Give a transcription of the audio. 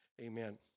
Amen